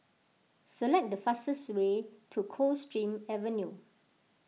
select the fastest way to Coldstream Avenue